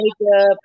makeup